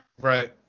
Right